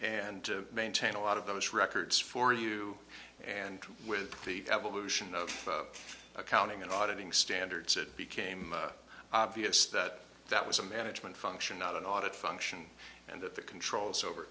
and maintain a lot of those records for you and with the evolution of accounting and auditing standards it became obvious that that was a management function not an audit function and that the controls over